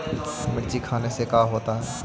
मिर्ची खाने से का होता है?